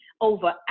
over